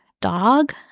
dog